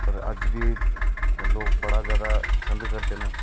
अज्ज बी लोक बढ़ा जैदा पसंद करने